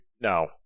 No